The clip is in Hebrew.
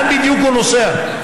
לאן בדיוק הוא נוסע?